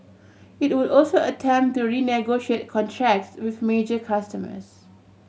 it would also attempt to renegotiate contracts with major customers